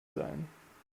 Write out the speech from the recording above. sein